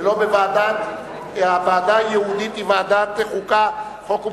הוועדה הייעודית היא ועדת החוקה, חוק ומשפט,